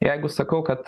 jeigu sakau kad